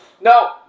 No